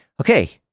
okay